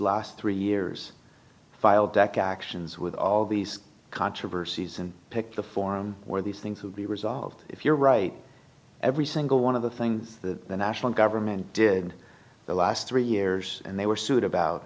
last three years filed deck actions with all these controversies and pick the forum where these things would be resolved if you're right every single one of the things that the national government did the last three years and they were sued about